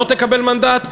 לא תקבל מנדט,